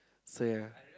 so ya